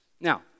now